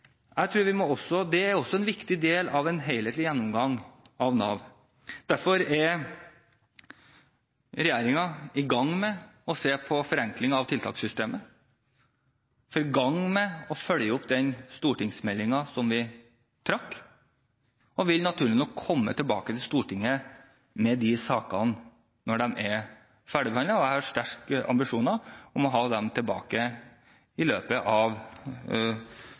er også en viktig del av en helhetlig gjennomgang av Nav. Derfor er regjeringen i gang med å se på forenkling av tiltakssystemet og i gang med å følge opp når det gjelder den stortingsmeldingen som vi trakk tilbake. Vi vil, naturlig nok, komme til Stortinget med disse sakene når de er ferdigbehandlet. Jeg har sterke ambisjoner om å komme til Stortinget med dem i løpet av